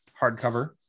hardcover